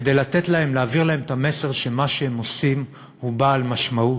כדי להעביר להם את המסר שמה שהם עושים הוא בעל משמעות,